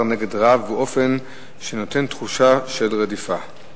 נגד רב באופן שנותן תחושה של רדיפה.